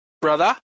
brother